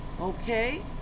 okay